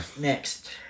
Next